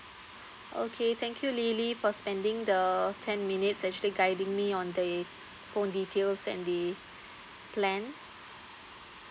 okay thank you lily for spending the ten minutes actually guiding me on the phone details and the plan